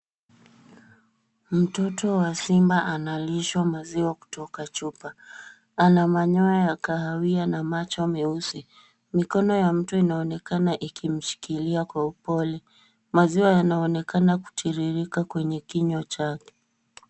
Mtoto wa simba analishwa maziwa kutoka chupa. Ana manyoya ya kahawia na macho meusi. Mikono ya mtu inaonekana ikimshikilia kwa upole. Maziwa yanaonekana kutiririka kwenye kinywa chake.